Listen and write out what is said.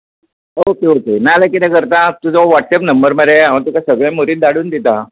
okay okay ना जाल्यार कितें करता तुजो वॉट्सॅप नंबर मरे हांव तुका सगळें म्हूर्त धाडून दिता